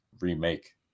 remake